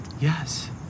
Yes